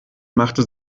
machte